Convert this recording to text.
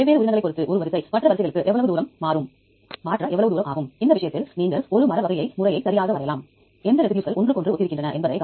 எனவே விரைவான தேடலில் நீங்கள் நேரடியாக ஒரு முக்கிய சொல்லை வைத்து உள்ளீடுகளை பெறலாம்